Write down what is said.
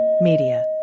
Media